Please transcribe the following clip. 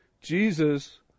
Jesus